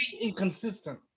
inconsistent